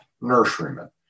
nurseryman